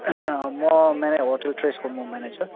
म म्या होटेल ट्रेसको म म्यानेजर